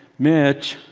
mitch,